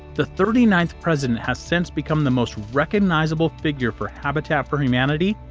the thirty ninth president has since become the most recognizable figure for habitat for humanity,